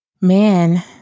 Man